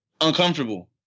uncomfortable